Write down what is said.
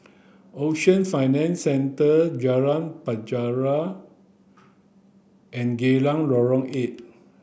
Ocean Financial Centre Jalan Penjara and Geylang Lorong eight